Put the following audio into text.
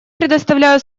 предоставляю